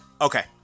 Okay